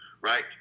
right